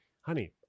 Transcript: honey